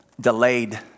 delayed